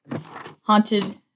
haunted